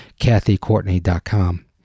kathycourtney.com